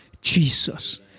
Jesus